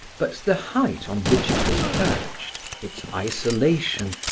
but the height on which it was perched, its isolation,